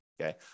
okay